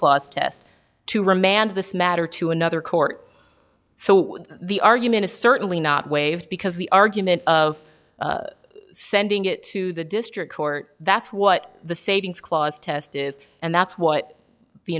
clause test to remand this matter to another court so the argument is certainly not waived because the argument of sending it to the district court that's what the savings clause test is and that's what the